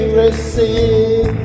receive